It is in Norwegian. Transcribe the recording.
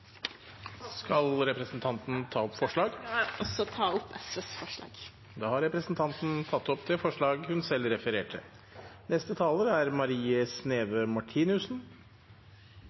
opp SVs forslag. Da har representanten Kari Elisabeth Kaski tatt opp de forslagene hun refererte til.